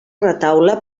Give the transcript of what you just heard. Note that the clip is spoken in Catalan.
retaule